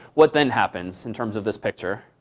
what then happens in terms of this picture?